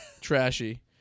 trashy